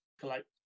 collect